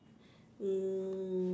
um